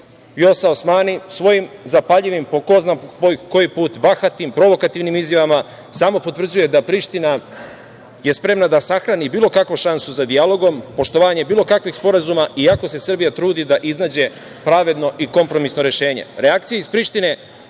Vjosa Osmani svojim zapaljivim po ko zna koji put bahatim, provokativnim izjavama samo potvrđuje da Priština je spremna da sahrani bilo kakvu šansu za dijalogom, poštovanje bilo kakvih sporazuma, iako se Srbija trudi da iznađe pravedno i kompromisno rešenje. Reakcije